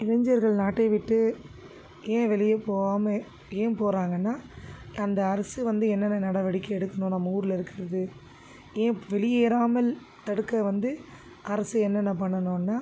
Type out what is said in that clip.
இளைஞர்கள் நாட்டை விட்டு ஏன் வெளியே போகாமல் ஏன் போறாங்கன்னால் அந்த அரசு வந்து என்னென்ன நடவடிக்கை எடுக்கணும் நம்ம ஊர்ல இருக்கிறது ஏன் வெளியேறாமல் தடுக்க வந்து அரசு என்னென்ன பண்ணணும்னா